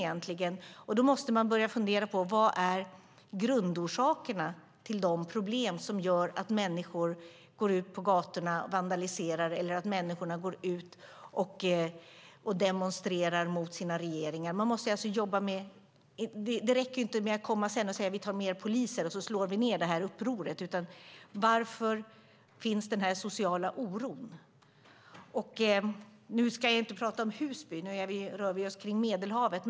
Man måste börja fundera på grundorsakerna till de problem som gör att människor går ut på gatorna och vandaliserar eller demonstrerar mot sina regeringar. Det räcker inte med att komma sedan och säga: Vi tar mer poliser och slår ned upproret! Vi måste i stället fråga oss varför denna sociala oro finns. Jag ska inte tala om Husby, utan vi rör oss kring Medelhavet.